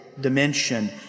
dimension